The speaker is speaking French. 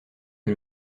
que